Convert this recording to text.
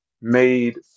made